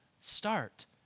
start